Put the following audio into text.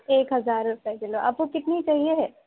ایک ہزار روپیے کلو آپ کو کتنی چاہیے ہے